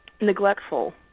neglectful